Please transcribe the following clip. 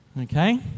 Okay